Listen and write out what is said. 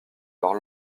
leur